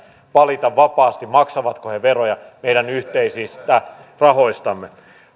valita maksavatko ne veroja meidän yhteisistä rahoistamme